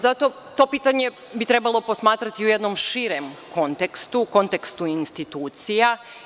Zato bi to pitanje trebalo posmatrati u jednom širem kontekstu, u kontekstu institucija.